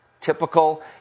typical